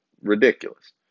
ridiculous